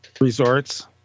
resorts